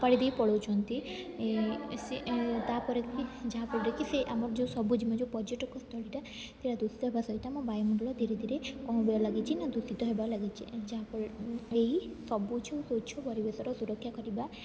ଫୋପାଡ଼ି ଦେଇ ପଳଉଛନ୍ତି ତାପରେ ଯାହାଫଳରେ କି ସେ ଆମର ଯେଉଁ ସବୁଜ ଯୋଉ ପର୍ଯ୍ୟଟକ ସ୍ଥଳୀଟା ସେଇଟା ଦୂଷିତ ହେବା ସହିତ ଆମ ବାୟୁମଣ୍ଡଳ ଧୀରେ ଧୀରେ କଣ ଲାଗିଛି ନା ଦୂଷିତ ହେବାର ଲାଗିଛି ଯାହାଫଳରେ ଏହି ସବୁଜ ସ୍ୱଚ୍ଛ ପରିବେଶର ସୁରକ୍ଷା କରିବା